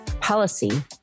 policy